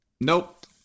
Nope